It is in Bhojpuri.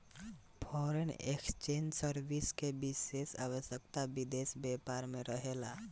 फॉरेन एक्सचेंज सर्विस के विशेष आवश्यकता विदेशी व्यापार में रहेला